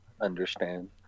understand